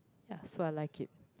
yeah so I like it